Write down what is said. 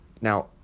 now